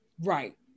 right